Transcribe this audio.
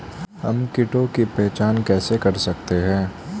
हम कीटों की पहचान कैसे कर सकते हैं?